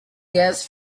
gas